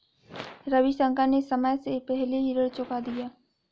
रविशंकर ने समय से पहले ही ऋण चुका दिया